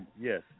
Yes